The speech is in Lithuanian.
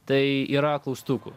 tai yra klaustukų